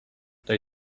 they